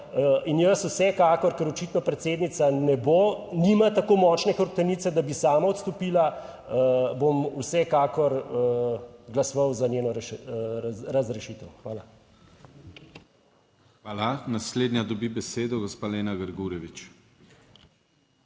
In jaz vsekakor, ker očitno predsednica ne bo, nima tako močne hrbtenice, da bi sama odstopila, bom vsekakor glasoval za njeno razrešitev. Hvala. **PODPREDSEDNIK DANIJEL KRIVEC:** Hvala. Naslednja dobi besedo gospa Lena Grgurevič.